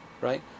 right